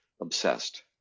obsessed